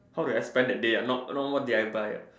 how do I spend the day ah not not what did I buy ah